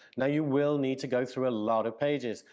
now you will need to go through a lot of pages,